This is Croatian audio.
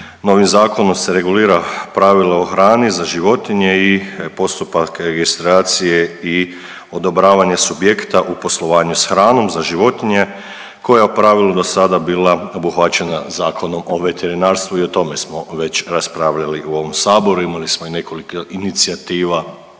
Novim zakonom se regulira pravilo o hrani za životnije i postupak registracije i odobravanje subjekta u poslovanju s hranom za životinje koja je u pravilu dosada bila obuhvaćena Zakonom o veterinarstvu i o tome smo već raspravljali u ovom saboru, imali smo i nekoliko inicijativa